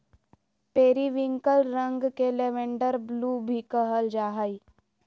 periwinkle रंग के lavender blue भी कहल जा हइ